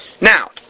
Now